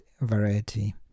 variety